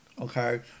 okay